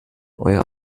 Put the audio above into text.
euer